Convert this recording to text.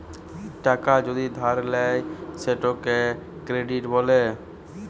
টাকা যদি ধার লেয় সেটকে কেরডিট ব্যলে